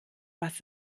was